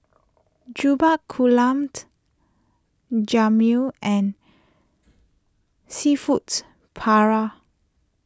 Jokbal Gulabt Jamun and Seafoods Paella